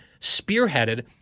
spearheaded